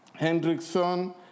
Hendrickson